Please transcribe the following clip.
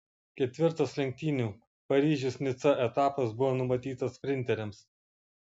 ketvirtas lenktynių paryžius nica etapas buvo numatytas sprinteriams